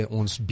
ons